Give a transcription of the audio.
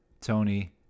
Tony